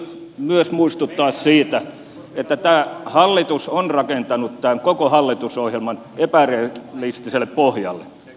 sitten täytyy myös muistuttaa siitä että tämä hallitus on rakentanut tämän koko hallitusohjelman epärealistiselle pohjalle